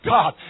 God